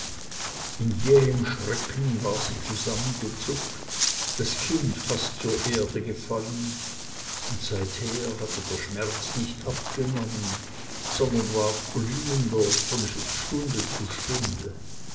in jähem schrecken war sie zusammengezuckt das kind fast zur erde gefallen und seither hatte der schmerz nicht abgenommen sondern ward glühender von stunde zu stunde